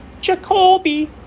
Jacoby